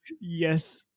Yes